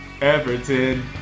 Everton